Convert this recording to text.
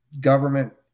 government